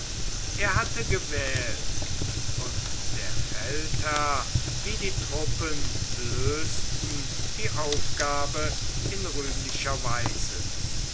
er hatte gewählt und der feldherr wie die truppen lösten die aufgabe in rühmlicher weise